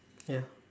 ya